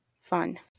fun